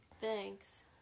Thanks